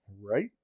Right